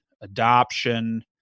adoption